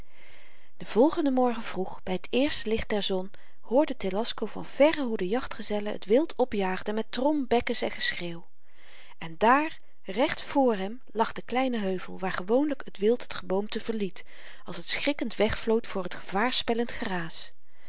den volgenden morgen vroeg by t eerste licht der zon hoorde telasco van verre hoe de jachtgezellen het wild opjaagden met trom bekkens en geschreeuw en daar recht vr hem lag de kleine heuvel waar gewoonlyk t wild het geboomte verliet als het schrikkend wegvlood voor t gevaarspellend geraas